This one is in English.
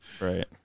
Right